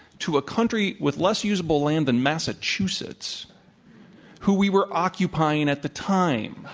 to a country with less usable land than massachusetts who we were occupying at the time.